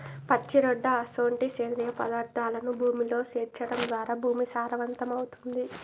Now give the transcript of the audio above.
పచ్చిరొట్ట అసొంటి సేంద్రియ పదార్థాలను భూమిలో సేర్చడం ద్వారా భూమి సారవంతమవుతుంది